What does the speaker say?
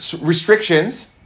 Restrictions